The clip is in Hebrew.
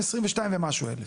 22,000